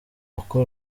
uko